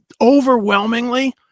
overwhelmingly